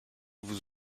vous